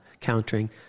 countering